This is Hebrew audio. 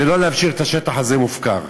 ולא להשאיר את השטח הזה מופקר.